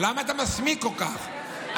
למה נתת להם את התקציב הזה?